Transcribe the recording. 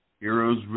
Heroes